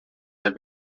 der